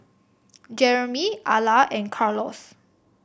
Jeremy Alla and Carlos